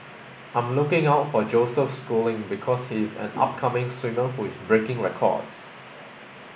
I'm looking out for Joseph Schooling because he is an upcoming swimmer who is breaking records